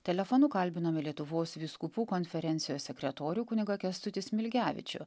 telefonu kalbinome lietuvos vyskupų konferencijos sekretorių kunigą kęstutį smilgevičių